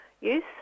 use